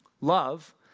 love